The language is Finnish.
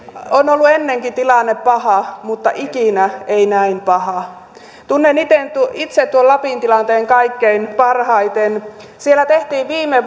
on ollut ennenkin tilanne paha mutta ikinä ei näin paha tunnen itse tuon lapin tilanteen kaikkein parhaiten siellä tehtiin viime